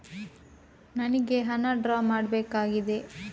ನನಿಗೆ ಹಣ ಡ್ರಾ ಮಾಡ್ಬೇಕಾಗಿದೆ